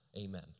amen